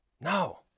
No